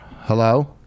Hello